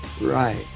right